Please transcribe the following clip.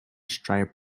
stripe